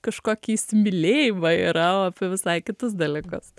kažkokį įsimylėjimą yra o apie visai kitus dalykus